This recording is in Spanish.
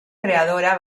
creadora